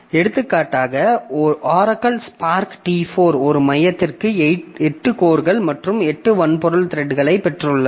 எடுத்துக்காட்டாக Oracle SPARC T4 ஒரு மையத்திற்கு 8 கோர்கள் மற்றும் 8 வன்பொருள் த்ரெட்களைப் பெற்றுள்ளது